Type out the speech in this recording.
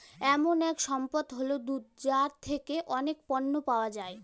এমন এক সম্পদ হল দুধ যার থেকে অনেক পণ্য পাওয়া যায়